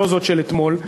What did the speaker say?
לא זאת של אתמול,